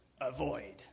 Avoid